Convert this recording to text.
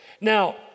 Now